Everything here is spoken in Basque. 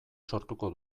sortuko